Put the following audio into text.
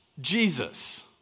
Jesus